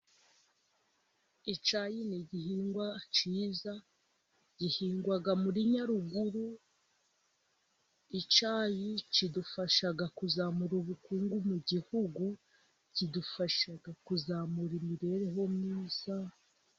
Icyayi ni igihingwa cyiza gihingwa muri Nyaruguru, icyayi kidufasha kuzamura ubukungu mu gihugu, kidufasha kuzamura imibereho myiza.